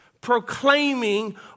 proclaiming